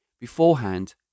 beforehand